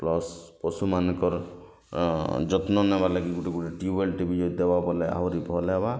plus ପଶୁମାନଙ୍କର ଯତ୍ନ ନେବାର୍ ଲାଗି ଗୋଟେ ଟ୍ୟୁୱେଲ୍ଟିଏ ବି ଯଦି ଦବା ବୋଲେ ଆହୁରି ଭଲ୍ ହେବା